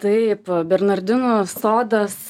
taip bernardinų sodas